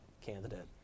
candidate